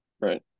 Right